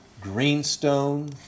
greenstone